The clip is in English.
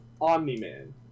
Omni-Man